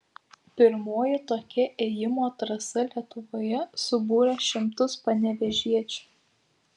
pirmoji tokia ėjimo trasa lietuvoje subūrė šimtus panevėžiečių